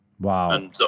Wow